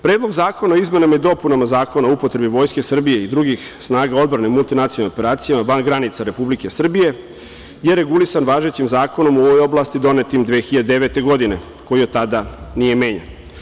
Predlog zakona o izmenama i dopunama Zakona o upotrebi Vojske Srbije i drugih snaga odbrane u multinacionalnim operacijama van granica Republike Srbije je regulisan važećim zakonom u ovoj oblasti, donetim 2009. godine, koji od tada nije menjan.